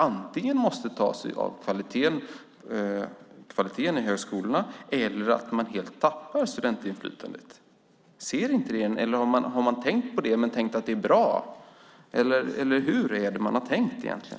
Antingen måste det tas av medlen för kvaliteten på högskolorna eller också tappar man studentinflytandet helt. Ser man inte det? Har man tänkt på det men tyckt att det är bra? Eller hur har man tänkt egentligen?